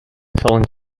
talent